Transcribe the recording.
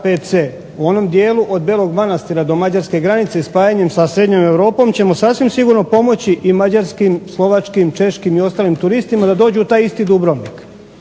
u onom dijelu od Belog Manastira do granice s Mađarskom spajanjem sa srednjom Europom ćemo sasvim sigurno pomoći i Mađarskim, Slovačkim i Češkim i ostalim turistima da dođu u taj isti Dubrovnik,